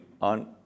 on